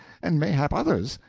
and mayhap others,